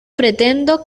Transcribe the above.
pretendo